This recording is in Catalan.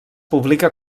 publica